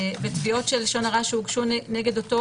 ותביעות של לשון הרע שהוגשו נגד אותו